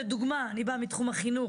לדוגמה, אני באה מתחום החינוך,